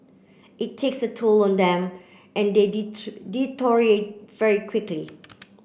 it takes a toll on them and they deteriorate very quickly